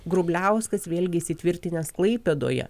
grubliauskas vėlgi įsitvirtinęs klaipėdoje